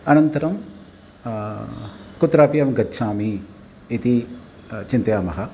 अनन्तरं कुत्रापि अहं गच्छामि इति चिन्तयामः